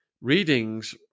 readings